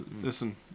listen